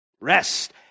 Rest